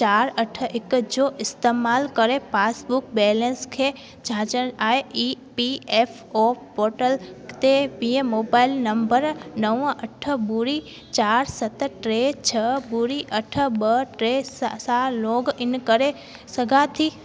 चारि अठ हिकु जो इस्तमालु करे पासबुक बैलेंस खे झाझड़ आहे E P F O portal ते पी एन मोबाइल नंबर नव अठ ॿुड़ी चारि सत टे छह ॿुड़ी अठ ॿ टे स सां लोगइन करे सघां थी